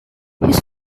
his